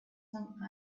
some